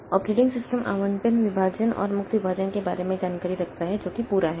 operating system आवंटित विभाजन और मुक्त विभाजन के बारे में जानकारी रखता है जो कि पूरा है